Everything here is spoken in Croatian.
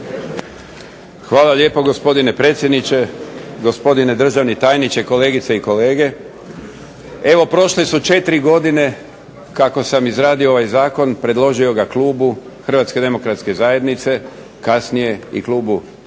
Hvala lijepa gospodine predsjedniče, gospodine državni tajniče, kolegice i kolege. Evo prošle su 4 godine kako sam izradio ovaj zakon, predložio ga klubu Hrvatske demokratske zajednice, kasnije i klubu HSS-a, koji